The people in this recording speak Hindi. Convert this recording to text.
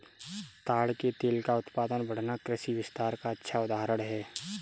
ताड़ के तेल का उत्पादन बढ़ना कृषि विस्तार का अच्छा उदाहरण है